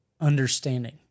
understanding